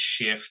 shift